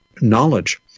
knowledge